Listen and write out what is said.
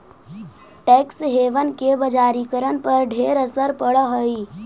tax haven के बजारिकरण पर ढेर असर पड़ हई